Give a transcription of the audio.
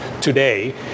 today